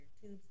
tube's